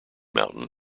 mountain